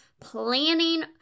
planning